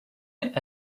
est